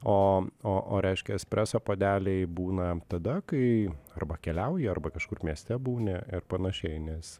o o o reiškia espreso puodeliai būna tada kai arba keliauji arba kažkur mieste būni ir panašiai nes